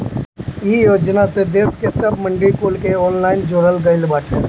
इ योजना से देस के सब मंडी कुल के ऑनलाइन जोड़ल गईल बाटे